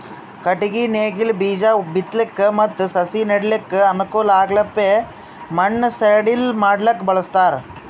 ಕಟ್ಟಗಿ ನೇಗಿಲ್ ಬೀಜಾ ಬಿತ್ತಲಕ್ ಮತ್ತ್ ಸಸಿ ನೆಡಲಕ್ಕ್ ಅನುಕೂಲ್ ಆಗಪ್ಲೆ ಮಣ್ಣ್ ಸಡಿಲ್ ಮಾಡಕ್ಕ್ ಬಳಸ್ತಾರ್